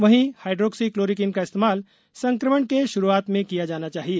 वहीं hydroxychloroquine का इस्तेमाल संक्रमण के शुरूआत में किया जाना चाहिए